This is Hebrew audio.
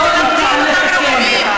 היו באים ואומרים את הדברים במקום שבו ניתן לתקן.